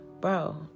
bro